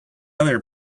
other